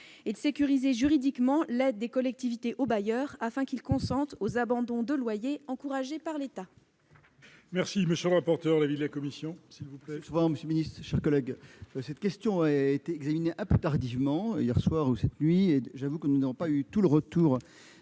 et de sécuriser juridiquement l'aide des collectivités aux bailleurs afin qu'ils consentent aux abandons de loyers encouragés par l'État.